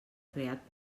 creat